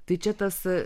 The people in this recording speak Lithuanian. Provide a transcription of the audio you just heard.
tai čia tas